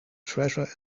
treasure